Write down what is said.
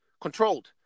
controlled